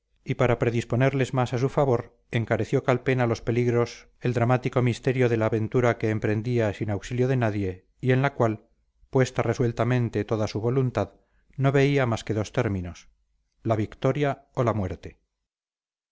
y para predisponerles más a su favor encareció calpena los peligros el dramático misterio de la aventura que emprendía sin auxilio de nadie y en la cual puesta resueltamente toda su voluntad no veía más que dos términos la victoria o la muerte